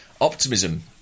optimism